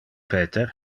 peter